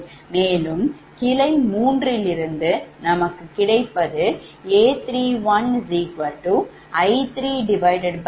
மேலும் கிளை மூன்றிலிருந்து நமக்கு கிடைப்பது A31𝐼3𝐼L 7